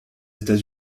états